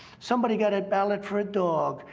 somebody got a ballot for a dog.